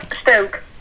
Stoke